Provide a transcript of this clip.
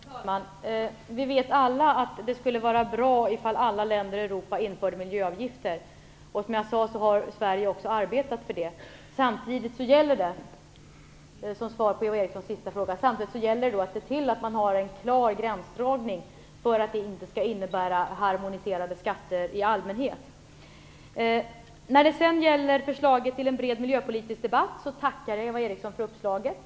Fru talman! Vi vet alla att det skulle vara bra om alla länder i Europa införde miljöavgifter. Som jag sade har Sverige också arbetat för det. Samtidigt gäller det - som svar på Eva Erikssons sista fråga - att se till att man har en klar gränsdragning för att det inte skall innebära harmoniserade skatter i allmänhet. När det sedan gäller förslaget till en bred miljöpolitisk debatt tackar jag Eva Eriksson för uppslaget.